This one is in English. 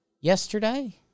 Yesterday